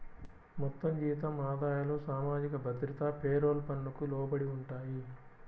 మొత్తం జీతం ఆదాయాలు సామాజిక భద్రత పేరోల్ పన్నుకు లోబడి ఉంటాయి